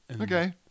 okay